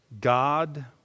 God